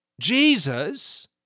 Jesus